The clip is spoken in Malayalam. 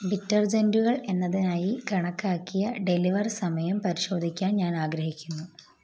ഡിറ്റർജൻറുകൾ എന്നതിനായി കണക്കാക്കിയ ഡെലിവർ സമയം പരിശോധിക്കാൻ ഞാൻ ആഗ്രഹിക്കുന്നു